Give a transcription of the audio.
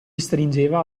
stringeva